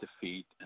defeat